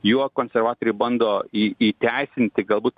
juo konservatoriai bando į įteisinti galbūt